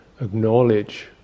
acknowledge